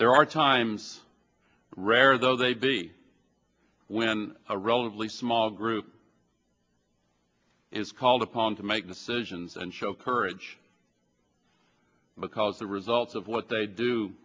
there are times rare though they'd be when a relatively small group is called upon to make decisions and show courage because the results of what they do